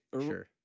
Sure